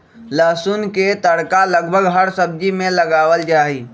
लहसुन के तड़का लगभग हर सब्जी में लगावल जाहई